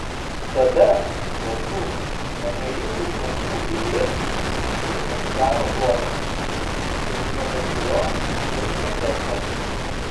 tada nuo tų manieringų trumpų eilėraščių ir pasidaro bloga kaip nuo bet kurio delikateso